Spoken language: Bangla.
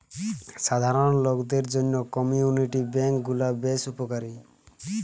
সাধারণ লোকদের জন্য কমিউনিটি বেঙ্ক গুলা বেশ উপকারী